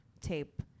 tape